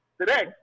Today